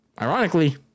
Ironically